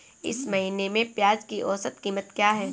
इस महीने में प्याज की औसत कीमत क्या है?